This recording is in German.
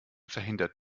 verhindert